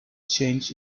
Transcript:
change